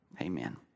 amen